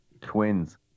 Twins